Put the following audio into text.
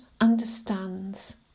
understands